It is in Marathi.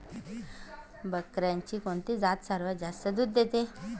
बकऱ्यांची कोणती जात सर्वात जास्त दूध देते?